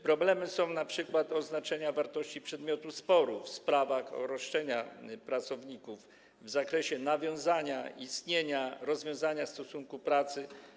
Problemem są też np. oznaczenia wartości przedmiotu sporu w sprawach o roszczenia pracowników w zakresie nawiązania, istnienia, rozwiązania stosunku pracy.